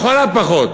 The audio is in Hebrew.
לכל הפחות,